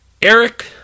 Eric